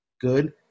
good